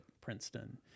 Princeton